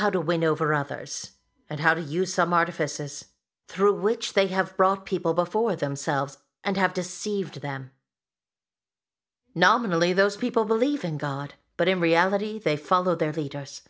how to win over others and how to use some artifices through which they have brought people before themselves and have deceived them nominally those people believe in god but in reality they follow their lead